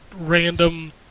random